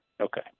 Okay